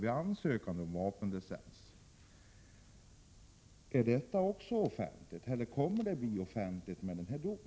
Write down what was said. Är dessa uppgifter också offentliga, eller kommer de att bli det i och med denna dom?